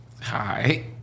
Hi